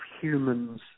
humans